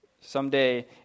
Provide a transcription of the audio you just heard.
someday